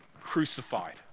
crucified